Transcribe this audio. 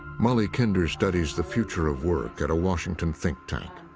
molly kinder studies the future of work at a washington think tank.